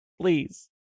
please